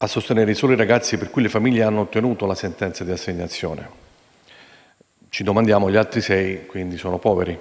a sostenere solo i ragazzi per cui le famiglie hanno ottenuto le sentenze di assegnazione. Ci domandiamo se gli altri sei ragazzi, quindi, siano poveri.